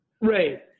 Right